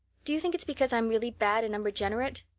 do you think it's because i'm really bad and unregenerate?